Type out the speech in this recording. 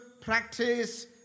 practice